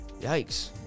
Yikes